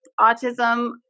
autism